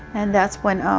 and that's when um,